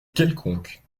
quelconque